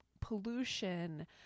pollution